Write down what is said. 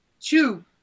Two